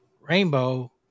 Rainbow